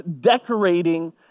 decorating